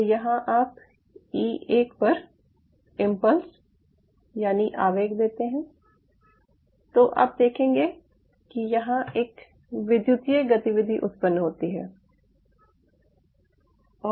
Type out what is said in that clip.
तो यहां आप E1 पर इम्पल्स यानि आवेग देते हैं तो आप देखेंगे कि यहां एक विद्युतीय गतिविधि उत्पन्न होती है